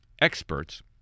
experts